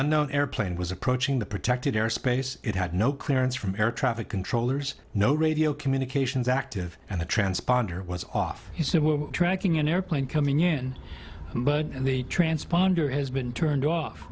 unknown airplane was approaching the protected airspace it had no clearance from air traffic controllers no radio communications active and the transponder was off he said we're tracking an airplane coming in and the transponder has been turned off